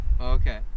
Okay